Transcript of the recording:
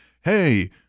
hey